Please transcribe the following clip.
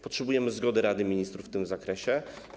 Potrzebujemy zgody Rady Ministrów w tym zakresie.